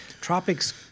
tropics